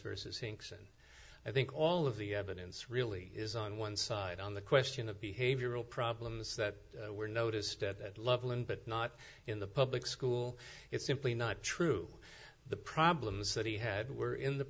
versus sinks in i think all of the evidence really is on one side on the question of behavioral problems that were noticed at loveland but not in the public school it's simply not true the problems that he had were in the